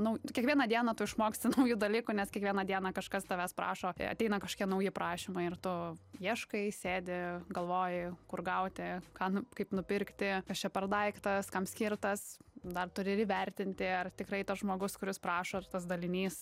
nu kiekvieną dieną tu išmoksti naujų dalykų nes kiekvieną dieną kažkas tavęs prašo ateina kažkokie nauji prašymai ir tu ieškai sėdi galvoji kur gauti ką nu kaip nupirkti kas čia per daiktas kam skirtas dar turi ir įvertinti ar tikrai tas žmogus kuris prašos ar tas dalinys